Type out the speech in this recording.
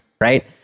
right